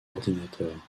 ordinateur